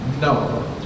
no